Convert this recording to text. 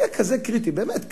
באמת,